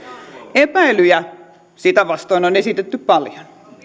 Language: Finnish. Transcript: epäilyjä sitä vastoin on esitetty paljon